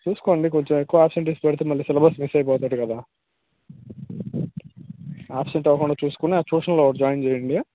చూసుకోండి కొంచం ఎక్కువ అబ్సెంటీస్ పెడితే మళ్ళీ సిలబస్ మిస్ అయిపోతాడు కదా ఆబ్సెంట్ అవ్వకుండా చూసుకుని ఆ ట్యూషన్లో ఒకటి జాయిన్ చేయండి